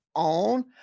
own